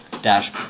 dash